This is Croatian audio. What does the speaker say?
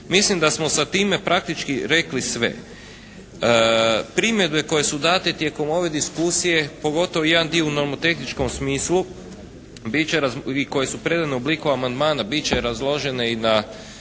Mislim da smo sa time praktični rekli sve. Primjedbe koje su date tijekom ove diskusije, pogotovo jedan dio u nomotehničkom smislu i koje su predane u obliku amandmana bit će razložene i na